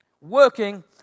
Working